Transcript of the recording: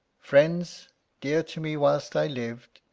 friends dear to me whilst i lived,